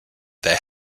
that